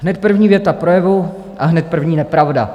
Hned první věta projevu a hned první nepravda.